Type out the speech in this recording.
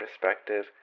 perspective